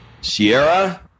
Sierra